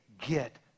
get